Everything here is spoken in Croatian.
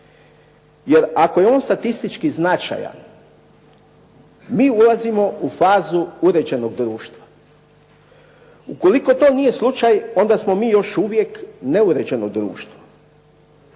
Jer ako je on statistički značajan, mi ulazimo u fazu uređenog društva. Ukoliko to nije slučaj onda smo mi još uvijek neuređeno društvo.